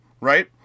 right